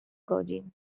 godzin